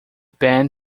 band